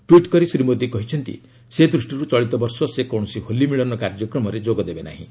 tweet କରି ଶ୍ରୀ ମୋଦୀ କହିଛନ୍ତି ସେ ଦୃଷ୍ଟିରୁ ଚଳିତ ବର୍ଷ ସେ କୌଣସି ହୋଲି ମିଳନ କାର୍ଯ୍ୟକ୍ରମରେ ଯୋଗ ଦେବେ ନାହିଁ